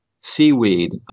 seaweed